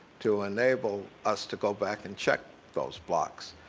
to enable us to go back and check those blocks.